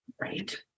Right